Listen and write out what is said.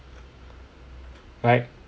right